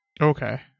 Okay